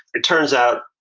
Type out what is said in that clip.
it turns out,